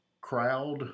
crowd